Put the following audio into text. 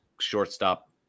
shortstop